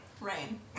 Rain